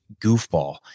goofball